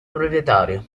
proprietario